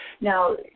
Now